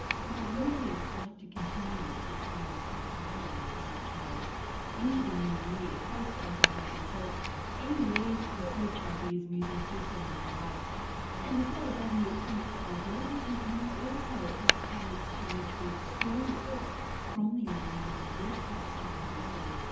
because i'd really like to continue with this theme of psychology and climate change into the new year post copenhagen. so any leads, research ideas, musings, do send them our way and as well as adding your comments at my blog you can now also add comments to each week's story from the all in the mind webpage at abc.